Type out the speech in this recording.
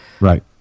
Right